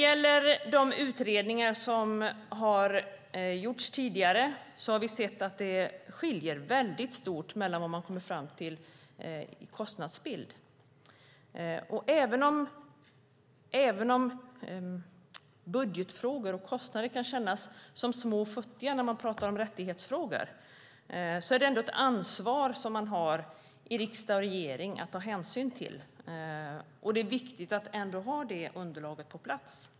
I de utredningar som gjorts tidigare har vi sett att det skiljer väldigt stort mellan vad man kommer fram till i kostnadsbild. Även om budget och kostnadsfrågor kan kännas små och futtiga när man pratar om rättighetsfrågor är det ändå ett ansvar som riksdag och regering har. Det är viktigt att ha det underlaget på plats.